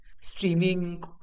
streaming